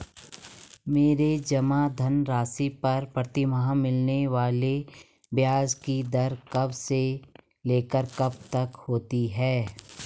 मेरे जमा धन राशि पर प्रतिमाह मिलने वाले ब्याज की दर कब से लेकर कब तक होती है?